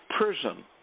prison